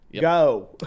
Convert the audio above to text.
Go